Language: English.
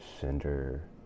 center